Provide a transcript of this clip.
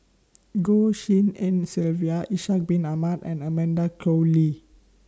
Goh Tshin En Sylvia Ishak Bin Ahmad and Amanda Koe Lee